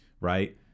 Right